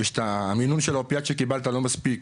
יש את המינון של האופיאט שקיבלת לא מספיק,